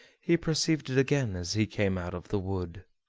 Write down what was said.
he perceived it again as he came out of the wood.